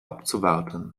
abzuwarten